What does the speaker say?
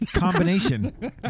Combination